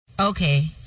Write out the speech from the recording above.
Okay